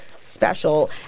special